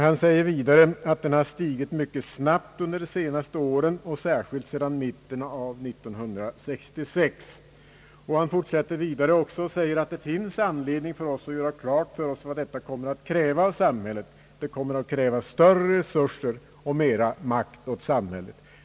Han sade vidare, att den har ökat mycket snabbt under de senaste åren, särskilt sedan mitten av 1966, och att det finns anledning att göra klart för oss vad situationen kommer att kräva i form av större resurser och mera makt åt samhället.